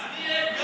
אני עד.